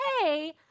hey